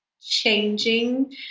changing